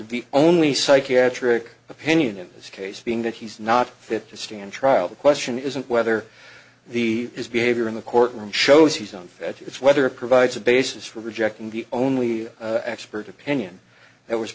the only psychiatric opinion in this case being that he's not fit to stand trial the question isn't whether the his behavior in the courtroom shows he's unfit it's whether a provides a basis for rejecting the only expert opinion that was